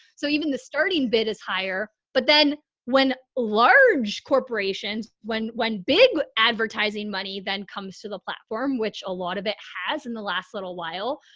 so even the starting bid is higher. but then when large corporations, when when big advertising money then comes to the platform, which a lot of it has in the last little while,